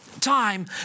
time